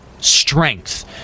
strength